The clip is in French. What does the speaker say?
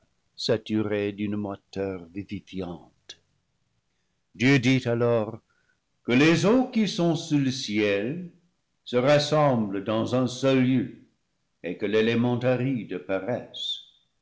saturée d'une moiteur vivi fiante dieu dit alors que les eaux qui sont sous le ciel se rassemblent dans un seul lieu et que l'élément aride pa